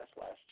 last